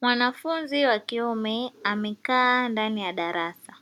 Mwanafunzi wa kiume amekaa ndani ya darasa,